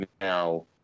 now